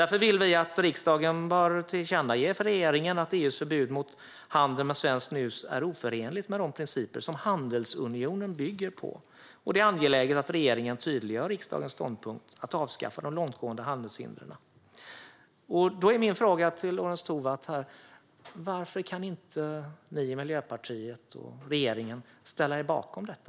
Därför vill vi att riksdagen tillkännager för regeringen att EU:s förbud mot handel med svenskt snus är oförenligt med de principer som handelsunionen bygger på. Det är angeläget att regeringen tydliggör riksdagens ståndpunkt att avskaffa de långtgående handelshindren. Min fråga till Lorentz Tovatt är: Varför kan inte ni i Miljöpartiet och regeringen ställa er bakom detta?